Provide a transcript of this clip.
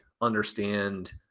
understand